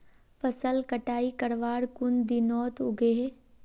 फसल कटाई करवार कुन दिनोत उगैहे?